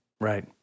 right